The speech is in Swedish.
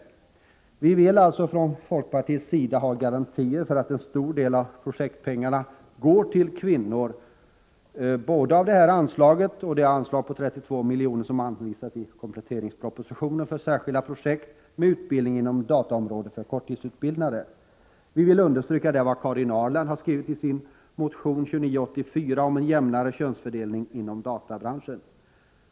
Från folkpartiets sida vill vi ha garantier för att en stor del av projektpengarna går till kvinnor — både ur det här anslaget och ur det anslag på 32 milj.kr. som anvisas i kompletteringspropositionen för ett särskilt projekt med utbildning inom dataområdet för korttidsutbildade. Vi vill understryka vad Karin Ahrland har skrivit i sin motion 1984/85:2984 om en jämnare könsfördelning inom databranschen.